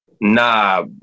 Nah